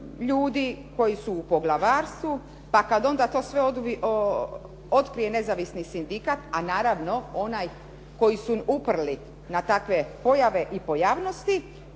ljudi koji su u poglavarstvu. Pa kad onda to sve otkrije nezavisni sindikat, a naravno onaj koji su uprli na takve pojave i pojavnosti